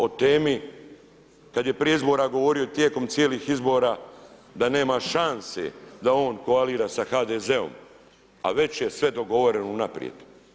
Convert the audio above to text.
O temi kad je prije izbora govorio, tijekom cijelih izbora da nema šanse da on koalira sa HDZ-om, a već je sve dogovoreno unaprijed.